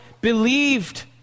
believed